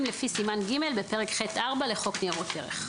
לפי סימן ג' בפרק ח'4 לחוק ניירות ערך.